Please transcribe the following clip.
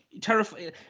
terrifying